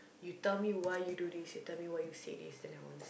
you tell me why you do this you tell me why you say this then I won't